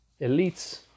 elites